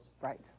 Right